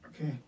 Okay